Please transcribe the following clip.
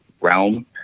realm